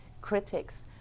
critics